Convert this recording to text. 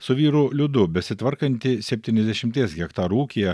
su vyru liudu besitvarkanti septyniasdešimties hektarų ūkyje